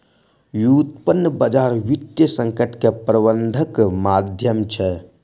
व्युत्पन्न बजार वित्तीय संकट के प्रबंधनक माध्यम छै